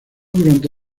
durante